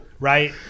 Right